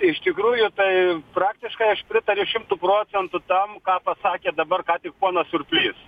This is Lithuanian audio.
iš tikrųjų tai praktiškai aš pritariu šimtu procentų tam ką pasakė dabar ką tik ponas surplys